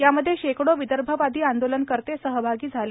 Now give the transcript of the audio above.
यामध्ये शेकडो विदर्भवादी आंदोलनकर्ते सहभागी होते